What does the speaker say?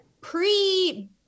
pre